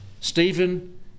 Stephen